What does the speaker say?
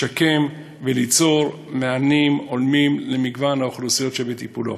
לשקם וליצור מענים הולמים למגוון האוכלוסיות שבטיפולו.